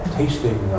tasting